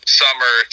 summer